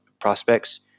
prospects